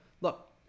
look